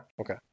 Okay